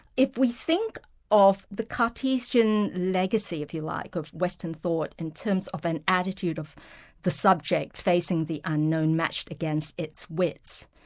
if we think of the cartesian legacy if you like, of western thought in terms of an attitude of the subject facing the unknown matched against its wits,